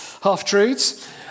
half-truths